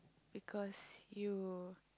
because you